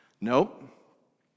Nope